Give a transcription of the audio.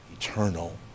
eternal